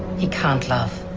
he can't love